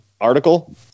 article